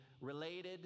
related